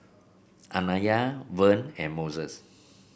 Anaya Vern and Mose